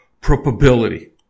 probability